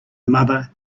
mother